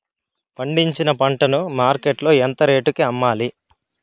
పండించిన పంట ను మార్కెట్ లో ఎంత రేటుకి అమ్మాలి?